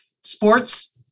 sports